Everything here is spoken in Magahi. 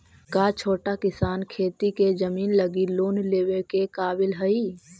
का छोटा किसान खेती के जमीन लगी लोन लेवे के काबिल हई?